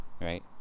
right